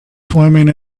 swimming